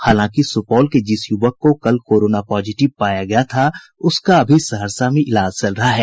हालांकि सुपौल के जिस युवक को कल कोरोना पॉजिटिव पाया गया था उसका अभी सहरसा में इलाज चल रहा है